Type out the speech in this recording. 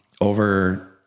over